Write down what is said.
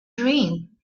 dream